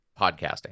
podcasting